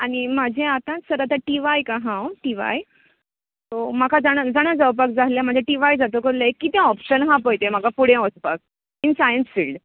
आनी म्हाजे आताच सर आता टी वाय हांव टी वाय सो म्हाका जाणा जाणा जावपाक जाय आसले म्हणजे टी व्हाय जातकूच किते ऑपशन हा पोय ते म्हाका फुडें वचपाक इन सायन्स फिल्ड